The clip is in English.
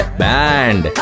band